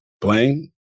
blame